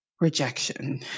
Rejection